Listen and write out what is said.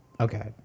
okay